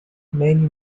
many